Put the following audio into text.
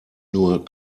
nur